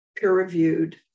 peer-reviewed